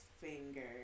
finger